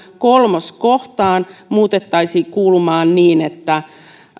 kolmas kohtaa muutettaisiin kuulumaan siten että